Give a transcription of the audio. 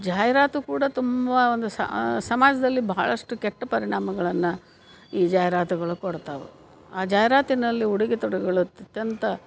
ಜಾಹಿರಾತು ಕೂಡ ತುಂಬ ಒಂದು ಸಮಾಜದಲ್ಲಿ ಬಹಳಷ್ಟು ಕೆಟ್ಟ ಪರಿಣಾಮಗಳನ್ನು ಈ ಜಾಹಿರಾತುಗಳು ಕೊಡ್ತಾವೆ ಆ ಜಾಹಿರಾತಿನಲ್ಲಿ ಉಡುಗೆ ತೊಡುಗಳು ಅತ್ಯುತ್ತಂತ